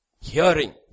Hearing